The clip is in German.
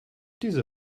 diese